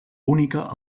única